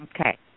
Okay